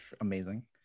Amazing